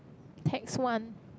text one